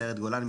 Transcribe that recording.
סיירת גולני,